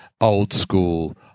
old-school